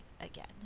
again